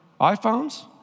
iPhones